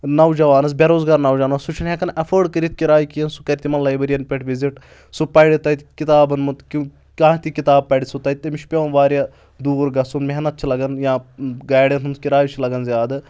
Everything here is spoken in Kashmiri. نوجوانَس بے روزگار نوجوانس سُہ چھُنہٕ ہؠکان ایٚفٲڈ کٔرِتھ کِراے کینٛہہ سُہ کَرِ تِمَن لایبریَن پؠٹھ وِزِٹ سُہ پَرِ تَتہِ کِتابَن مت کیو کانٛہہ تہِ کِتاب پَرِ سُہ تَتہِ تٔمِس چھُ پیٚوان واریاہ دوٗر گژھُن محنت چھِ لگان یا گاڑؠن ہُنٛد کِراے چھُ لَگان زیادٕ